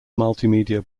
multimedia